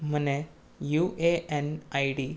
મને U A N ID